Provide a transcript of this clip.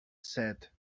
said